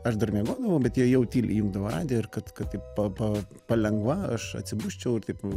aš dar miegodavau bet jie jau tyliai jungdavo radiją ir kad kad tai pa pa palengva aš atsibusčiau ir taip